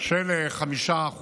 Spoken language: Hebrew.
של 5%